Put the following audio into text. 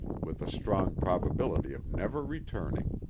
with a strong probability of never returning.